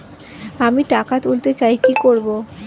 আমি টাকা তুলতে চাই কি করব?